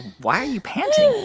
why are you panting?